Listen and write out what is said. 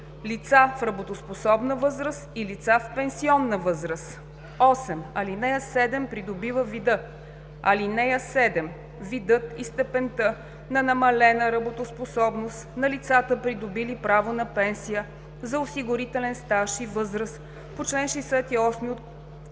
лица в работоспособна възраст и лица в пенсионна възраст.“ 8. ал. 7 придобива вида: „(7) Видът и степента на намалената работоспособност на лицата, придобили право на пенсия за осигурителен стаж и възраст по чл. 68 от